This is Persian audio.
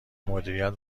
مدیریت